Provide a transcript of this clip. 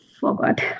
forgot